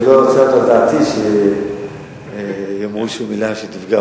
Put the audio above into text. אני לא רוצה להעלות על דעתי שיאמרו איזו מלה שתפגע,